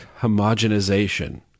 homogenization